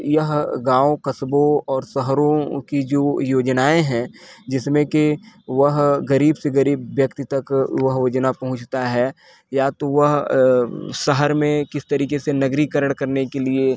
यह गाँव कस्बों और शहरों की जो योजनाएँ हैं जिसमें कि वह गरीब से गरीब व्यक्ति तक वह योजना पहुँचता है या तो वह अ शहर में किस तरीके से नगरीकरण करने के लिए